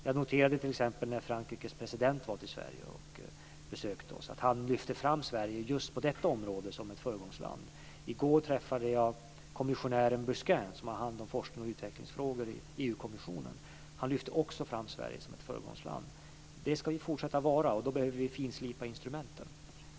Jag noterade t.ex. när Frankrikes president besökte oss i Sverige att han lyfte fram Sverige som ett föregångsland just på detta område. I går träffade jag kommissionären Busquin, som har hand om forsknings och utvecklingsfrågor i EU-kommissionen. Han lyfte också fram Sverige som ett föregångsland. Det ska vi fortsätta att vara. Då behöver vi finslipa instrumenten.